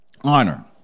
honor